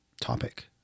topic